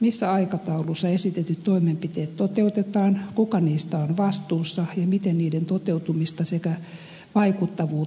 missä aikataulussa esitetyt toimenpiteet toteutetaan kuka niistä on vastuussa ja miten niiden toteutumista sekä vaikuttavuutta seurataan